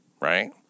right